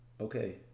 Okay